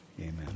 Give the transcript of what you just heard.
Amen